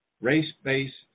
race-based